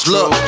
Look